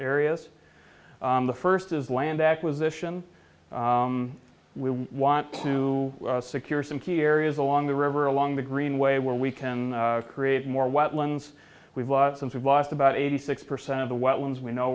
areas the first is land acquisition we want to secure some key areas along the river along the greenway where we can create more wetlands we've lost since we've lost about eighty six percent of the wet ones we know